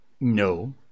No